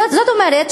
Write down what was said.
זאת אומרת,